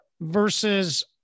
versus